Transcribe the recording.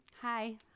hi